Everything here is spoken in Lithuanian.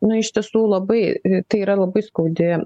nu iš tiesų labai tai yra labai skaudi